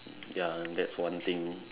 ya and that's one thing